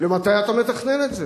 למתי אתה מתכנן את זה?